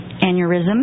aneurysm